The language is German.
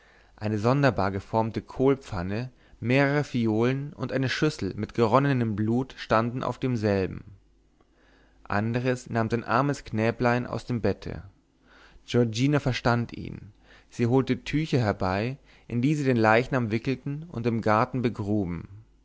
eine sonderbar geformte kohlpfanne mehrere phiolen und eine schüssel mit geronnenem blut standen auf demselben andres nahm sein armes knäblein aus dem bette giorgina verstand ihn sie holte tücher herbei in die sie den leichnam wickelten und im garten begruben